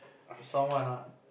someone ah